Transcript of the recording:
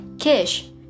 Kish